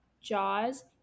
jaws